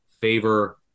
favor –